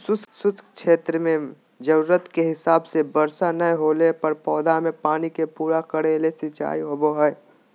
शुष्क क्षेत्र मेंजरूरत के हिसाब से वर्षा नय होला पर पौधा मे पानी के पूरा करे के ले सिंचाई होव हई